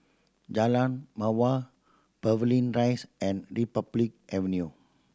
Jalan Mawar Pavilion Rise and Republic Avenue